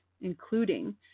including